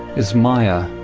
is maya.